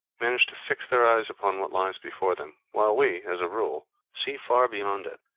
manage to fix their eyes upon what lies before them while we, as a rule, see far beyond it,